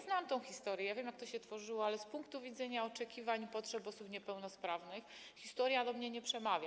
Znałam tę historię, wiem, jak to się tworzyło, ale z punktu widzenia oczekiwań, potrzeb osób niepełnosprawnych ta historia do mnie nie przemawia.